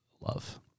love